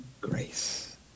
grace